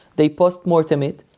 they post-mortem it.